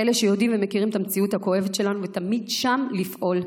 אלה שיודעים ומכירים את המציאות הכואבת שלנו ותמיד שם לפעול,